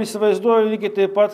įsivaizduoju lygiai taip pat